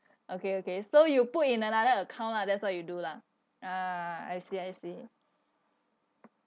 okay okay so you put in another account lah that's what you do lah ah I see I see